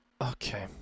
Okay